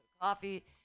coffee